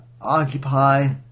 Occupy